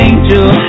Angel